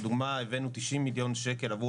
לדוגמה הבאנו 90 מיליון שקלים עבור